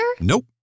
Nope